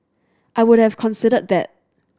I would have considered that